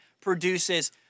produces